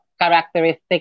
characteristic